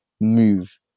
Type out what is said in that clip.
move